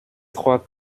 trois